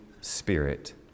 Spirit